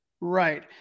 Right